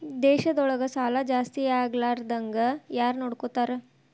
ದೇಶದೊಳಗ ಸಾಲಾ ಜಾಸ್ತಿಯಾಗ್ಲಾರ್ದಂಗ್ ಯಾರ್ನೊಡ್ಕೊತಾರ?